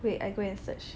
wait I go and search